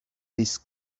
this